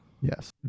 Yes